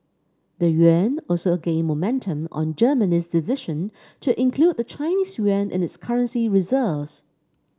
the yuan also gained momentum on Germany's decision to include the Chinese yuan in its currency reserves